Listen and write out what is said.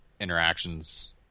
interactions